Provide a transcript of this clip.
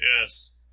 Yes